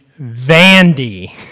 Vandy